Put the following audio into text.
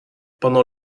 pendant